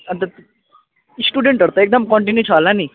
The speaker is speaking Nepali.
अन्त स्टुडेन्टहरू त एकदम कन्टिन्यू छ होला नि